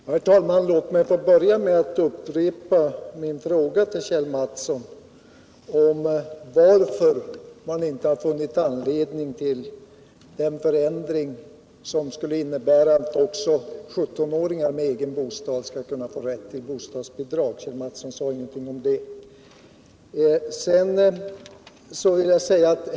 Herr talman! Låt mig börja med att upprepa min fråga till Kjell Mattsson om varför man inte har funnit anledning att göra den förändring som skulle innebära att också 17-åringar med egen bostad skall kunna få rätt till bostadsbidrag. Kjell Mattsson sade ingenting om det.